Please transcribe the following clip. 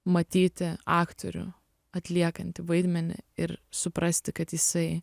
matyti aktorių atliekantį vaidmenį ir suprasti kad jisai